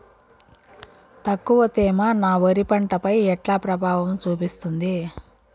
తక్కువ తేమ నా వరి పంట పై ఎట్లా ప్రభావం చూపిస్తుంది?